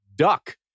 Duck